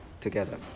together